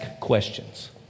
questions